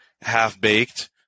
half-baked